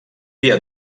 dia